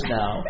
now